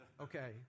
Okay